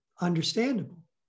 understandable